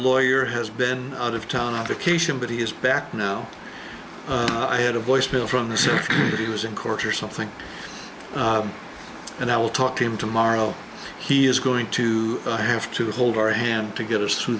lawyer has been out of town on occasion but he is back now i had a voicemail from the so he was in court or something and i will talk to him tomorrow he is going to have to hold our hand to get us through